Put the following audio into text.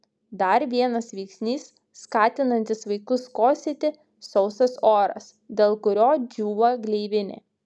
dar vienas veiksnys skatinantis vaikus kosėti sausas oras dėl kurio džiūva gleivinė